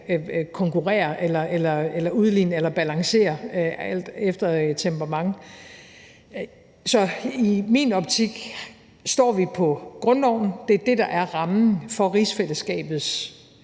konkurrere eller udligne eller balancere – alt efter temperament. Så i min optik står vi på grundloven. Det er det, der er rammen for rigsfællesskabets